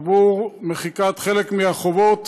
עבור מחיקת חלק מהחובות,